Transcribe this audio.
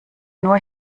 nur